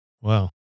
Wow